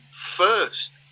first